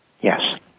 yes